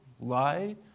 lie